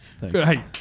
Hey